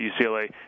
UCLA